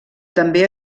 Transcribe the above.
també